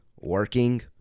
working